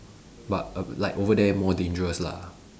but err like over there more dangerous lah